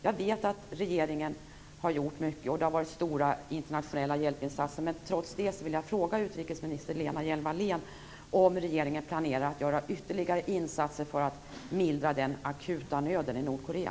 Jag vet att regeringen har gjort mycket och att det har gjorts stora internationella hjälpinsatser, men trots det vill jag fråga utrikesminister Lena Hjelm-Wallén om regeringen planerar att göra ytterligare insatser för att mildra den akuta nöden i Nordkorea.